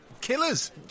Killers